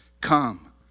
come